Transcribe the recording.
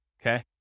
okay